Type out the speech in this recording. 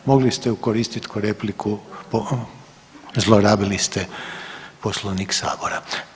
Mogli ste je koristiti kao repliku, zlorabili ste Poslovnik Sabora.